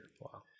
Wow